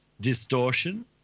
distortion